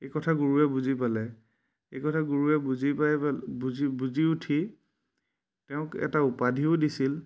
এই কথা গুৰুৱে বুজি পালে এই কথা গুৰুৱে বুজি পাই পেলাই বুজি বুজি উঠি তেওঁক এটা উপাধিও দিছিল